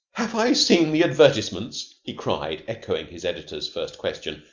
have i seen the advertisements? he cried, echoing his editor's first question.